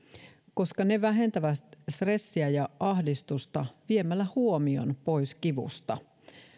koska ne vähentävät stressiä ja ahdistusta viemällä huomion pois kivusta